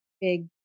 big